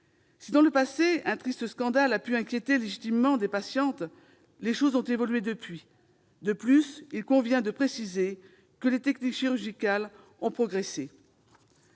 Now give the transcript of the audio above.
Si, dans le passé, un triste scandale a pu inquiéter légitimement des patientes, les choses ont évolué depuis. De plus, il convient de préciser que les techniques chirurgicales ont progressé.